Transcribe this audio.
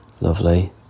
lovely